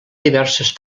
diverses